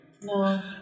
No